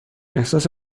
احساس